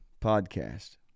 podcast